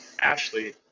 Ashley